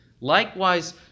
likewise